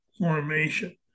formation